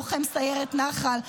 לוחם סיירת נח"ל,